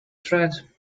tread